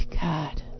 God